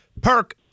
Perk